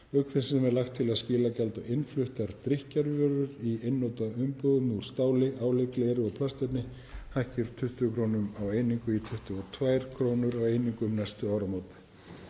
Auk þess sem lagt er til að skilagjald á innfluttar drykkjarvörur í einnota umbúðum úr stáli, áli, gleri og plastefni hækki úr 20 kr. á einingu í 22 kr. á einingu um næstu áramót.